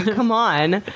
come on.